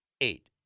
Eight